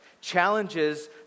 challenges